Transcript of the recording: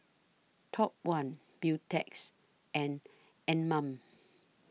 Top one Beautex and Anmum